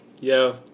yo